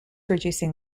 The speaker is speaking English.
reducing